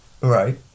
Right